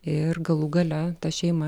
ir galų gale ta šeima